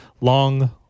long